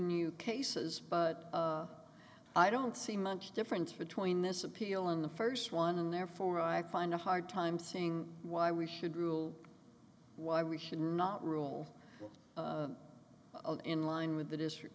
new cases but i don't see much difference between this appeal in the first one and therefore i find a hard time seeing why we should rule why we should not rule in line with the district